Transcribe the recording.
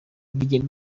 begin